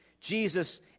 Jesus